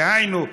דהיינו,